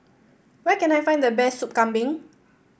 where can I find the best Sup Kambing